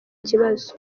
kibazo